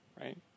right